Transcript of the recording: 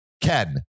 Ken